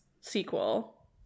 sequel